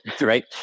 right